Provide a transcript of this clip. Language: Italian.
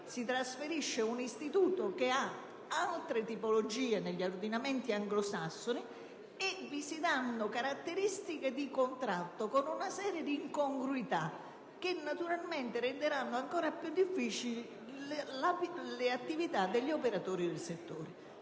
si trasferisce un istituto che ha altre tipologie negli ordinamenti anglosassoni, e gli si danno caratteristiche di contratto, con una serie di incongruità che naturalmente renderanno ancora più difficili le attività degli operatori del settore.